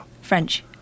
French